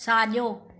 साॼो